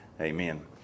Amen